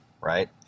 right